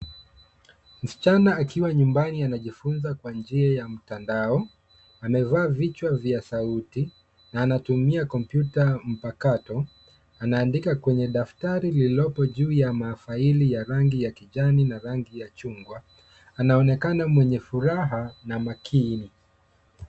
Msichana akiwa nyumbani anajifunza kwa njia ya mtandao. Amevaa vichwa vya sauti, na anatumia kompyuta mpakato. Anaandika kwenye daftari lililopo juu ya mafaili ya rangi ya kijani na rangi ya chungwa. Anaonekana mwenye furaha na makini.